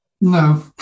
No